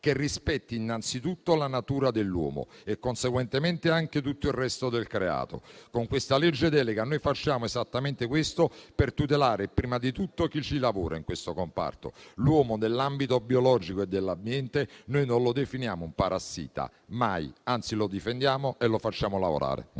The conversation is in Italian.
che rispetti innanzitutto la natura dell'uomo e, conseguentemente, anche tutto il resto del creato. Con questa legge delega noi facciamo esattamente questo, per tutelare prima di tutto chi lavora in questo comparto. L'uomo, nell'ambito biologico e dell'ambiente, noi non lo definiamo un parassita, mai, anzi lo difendiamo e lo facciamo lavorare.